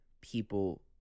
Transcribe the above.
people